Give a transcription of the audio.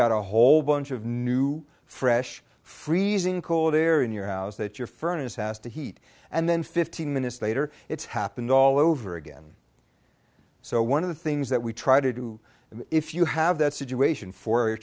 got a whole bunch of new fresh freezing cold air in your house that your furnace has to heat and then fifteen minutes later it's happened all over again so one of the things that we try to do if you have that situation for a